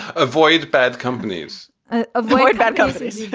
avoid bad companies ah avoid bad companies. yeah